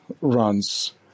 runs